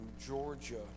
georgia